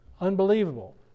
Unbelievable